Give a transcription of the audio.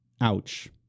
ouch